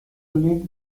league